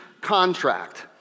contract